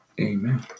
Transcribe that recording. Amen